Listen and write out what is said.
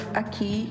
aqui